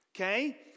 Okay